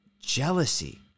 jealousy